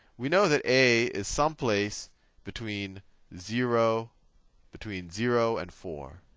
we know that a is some place between zero between zero and four.